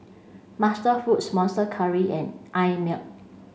MasterFoods Monster Curry and Einmilk